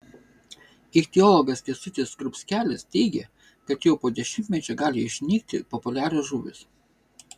ichtiologas kęstutis skrupskelis teigė kad jau po dešimtmečio gali išnykti populiarios žuvys